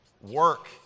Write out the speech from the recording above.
Work